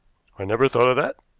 i never thought of that,